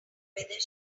whether